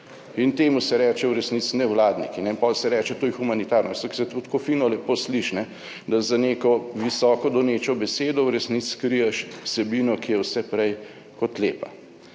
in temu se reče v resnici nevladniki in pol se reče to je humanitarnost, ker se tudi tako fino lepo sliši, da za neko visoko donečo besedo v resnici skriješ vsebino, ki je vse prej kot lepa.